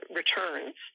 returns